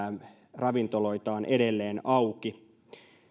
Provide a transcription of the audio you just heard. ravintoloitaan edelleen auki